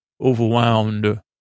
overwhelmed